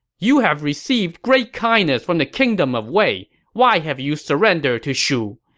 you have received great kindness from the kingdom of wei. why have you surrendered to shu?